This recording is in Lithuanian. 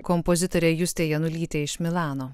kompozitorė justė janulytė iš milano